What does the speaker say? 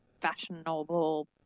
fashionable